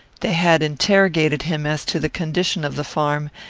they had interrogated him as to the condition of the farm,